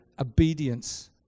obedience